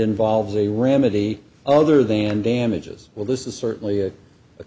involves a remedy other than damages well this is certainly a